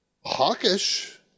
hawkish